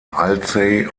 alzey